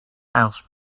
house